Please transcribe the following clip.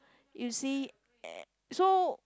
you see eh so